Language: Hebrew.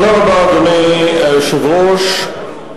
אדוני היושב-ראש,